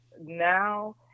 now